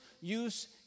use